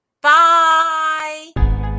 Bye